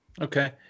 Okay